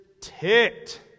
ticked